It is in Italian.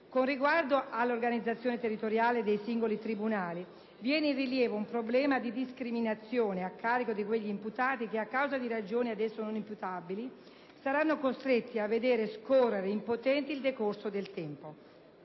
Con riguardo all'organizzazione territoriale dei singoli tribunali, viene in rilievo un problema di discriminazione a carico di quegli imputati che, a causa di ragioni ad essi non imputabili, saranno costretti a vedere scorrere impotenti il decorso del tempo.